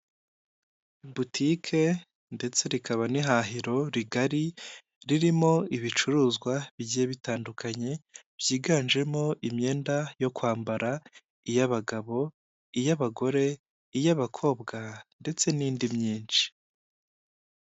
Butike ndetse rikaba n'ihahiro rigari ririmo ibicuruzwa bigiye bitandukanye, byiganjemo imyenda yo kwambara, iy'abagabo, iy'abagore, iy'abakobwa ndetse n'indi myinshi.